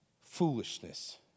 foolishness